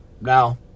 Now